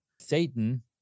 satan